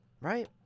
right